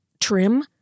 trim